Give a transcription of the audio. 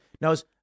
knows